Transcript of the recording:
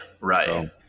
right